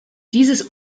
dieses